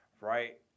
right